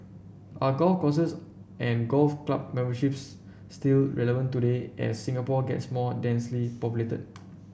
are golf courses and golf club memberships still relevant today as Singapore gets more densely populated